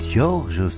George